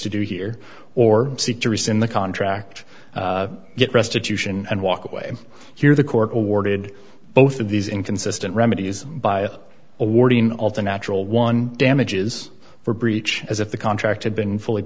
to do here or seek to rescind the contract get restitution and walk away here the court awarded both of these inconsistent remedies by awarding all the natural one damages for breach as if the contract had been fully